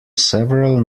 several